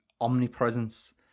omnipresence